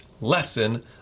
lesson